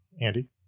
Andy